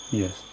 yes